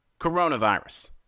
coronavirus